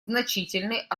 значительный